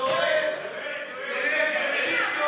אין לנו מי שיציג לנו את הצעת החוק הזאת?